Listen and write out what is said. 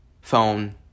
phone